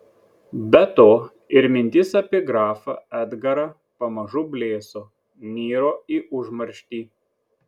be to ir mintys apie grafą edgarą pamažu blėso niro į užmarštį